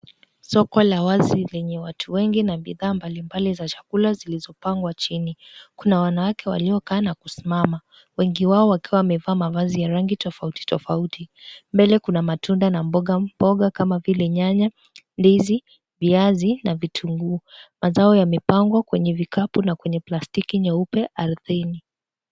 Soko la wazi lenye watu wengi na bidhaa mbalimbali za chakula zilizopangwa chini kuna wanawake waliokaa na kusimama wengi wao wakiwa wamevaa mavazi ya rangi tofauti tofauti. Mbele kuna matunda na mboga kama vile nyanya , ndizi , viazi na vitunguu. Mazao yamepangwa kwenye vikapu na kwenye plastiki nyeupe alpeni.